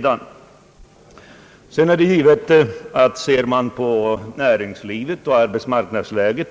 Det är givet att om man ser på näringslivet och arbetsmarknadsläget